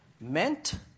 meant